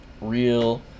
real